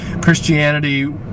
Christianity